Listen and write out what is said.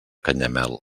canyamel